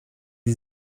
sie